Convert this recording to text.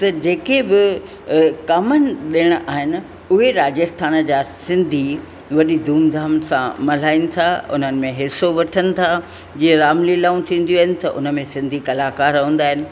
त जेके बि कॉमन ॾिण आहिनि उहे राजस्थान जा सिंधी वॾी धूम धाम सां मल्हाइनि था उन्हनि में हिसो वठन था जीअं राम लीलाऊं थींदियूं आहिनित उन में सिंधी कलाकार हूंदा आहिनि